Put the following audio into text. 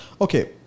Okay